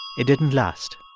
it didn't last